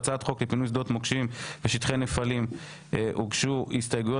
להצעת חוק לפינוי שדות מוקשים ושטחי נפלים הוגשו הסתייגויות